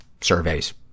surveys